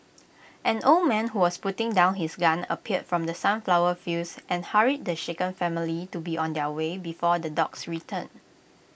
an old man who was putting down his gun appeared from the sunflower fields and hurried the shaken family to be on their way before the dogs return